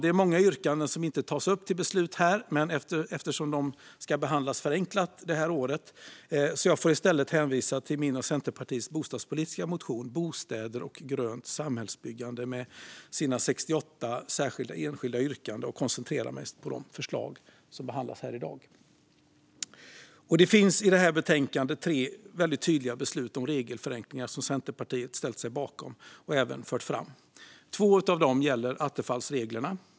Det är många yrkanden som inte tas upp till beslut här, eftersom de ska behandlas förenklat detta år. Jag får i stället hänvisa till min och Centerpartiets bostadspolitiska motion Bostäder och grönt samhällsbyggande med 68 särskilda, enskilda yrkanden och koncentrera mig på de förslag som behandlas här i dag. Det finns i det här betänkandet tre väldigt tydliga beslut om regelförenklingar som Centerpartiet har ställt sig bakom och även fört fram. Två av dem gäller attefallsreglerna.